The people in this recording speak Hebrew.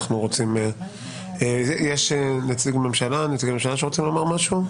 יש נציגי ממשלה שרוצים לומר משהו?